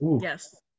yes